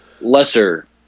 lesser